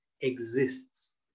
exists